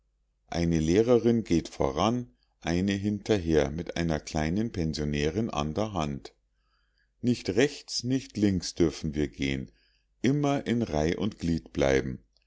eine lehrerin geht voran eine hinterher mit einer kleinen pensionärin an der hand nicht rechts nicht links dürfen wir gehen immer in reih und glied bleiben